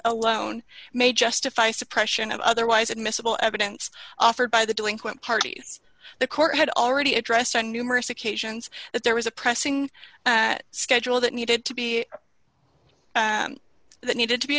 alone may justify suppression of otherwise admissible evidence offered by the delinquent party the court had already addressed on numerous occasions that there was a pressing schedule that needed to be that needed to be